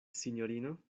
sinjorino